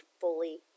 fully